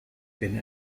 been